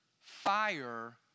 fire